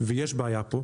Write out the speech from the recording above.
ויש בעיה פה,